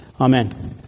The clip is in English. amen